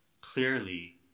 clearly